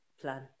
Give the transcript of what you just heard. plan